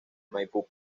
maipú